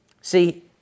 See